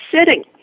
sitting